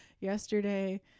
yesterday